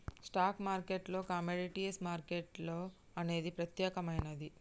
stock మార్కెట్టులోనే commodities market అనేది ప్రత్యేకమైనది